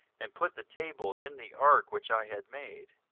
and put the tables in the ark which i had made